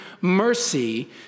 mercy